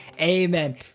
Amen